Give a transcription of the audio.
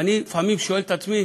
לפעמים אני שואל את עצמי